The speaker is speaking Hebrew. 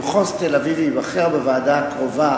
למחוז תל-אביב ייבחר בוועדה הקרובה